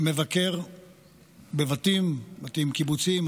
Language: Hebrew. אני מבקר בבתים, בתים בקיבוצים.